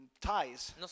ties